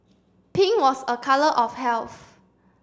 pink was a colour of health